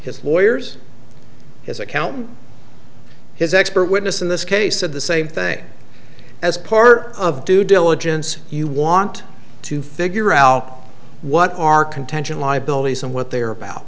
his lawyers his accountant his expert witness in this case at the same thing as part of due diligence you want to figure out what our contention liabilities and what they are about